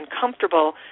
comfortable